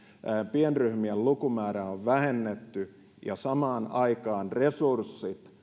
pienryhmien lukumäärää on vähennetty ja samaan aikaan resurssit